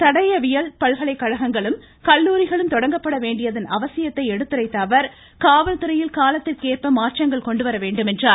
தடயவியல் பல்கலைக்கழகங்களும் கல்லூரிகளும் தொடங்கப்பட வேண்டியதன் அவசியத்தை எடுத்துரைத்த அவர் காவல்துறையில் காலத்திற்கு ஏற்ப மாற்றங்கள் கொண்டுவர வேண்டும் என்றார்